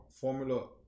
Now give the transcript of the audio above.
Formula